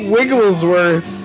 Wigglesworth